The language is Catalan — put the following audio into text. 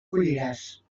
colliràs